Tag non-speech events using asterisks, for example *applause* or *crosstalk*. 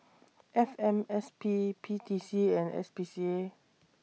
*noise* F M S P P T C and S P C A